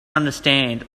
understand